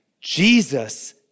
Jesus